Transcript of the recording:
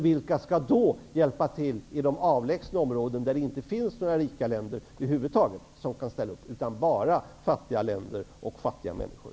Vilka skall då hjälpa till i de avlägsna områdena där det inte finns några rika länder över huvud taget som kan ställa upp, utan bara fattiga länder och fattiga människor?